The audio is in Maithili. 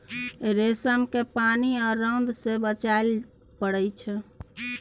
रेशम केँ पानि आ रौद सँ बचाबय पड़इ छै